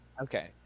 Okay